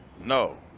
No